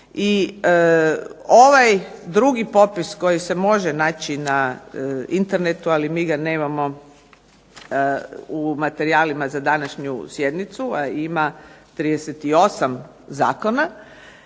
I ovaj drugi popis koji se može naći na Internetu, ali mi ga nemamo u materijalima za današnju sjednicu, a ima 38 zakona,